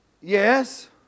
Yes